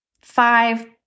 five